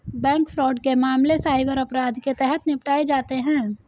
bank fraud के मामले cyber अपराध के तहत निपटाए जाते हैं